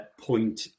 point